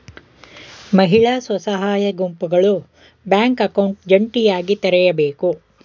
ಮಹಿಳಾ ಸ್ವಸಹಾಯ ಗುಂಪುಗಳು ಬ್ಯಾಂಕ್ ಅಕೌಂಟ್ ಜಂಟಿಯಾಗಿ ತೆರೆಯಬೇಕು